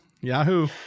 Yahoo